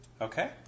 Okay